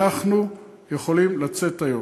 אנחנו יכולים לצאת היום.